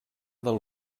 del